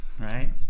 Right